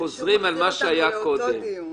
אתם חוזרים על מה שהיה קודם.